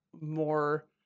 more